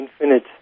infinite